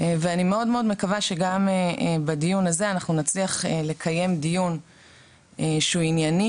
ואני מאד מאד מקווה שגם בדיון הזה אנחנו נצליח לקיים דיון שהוא ענייני,